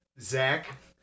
zach